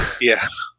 Yes